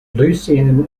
lucien